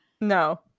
No